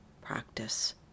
practice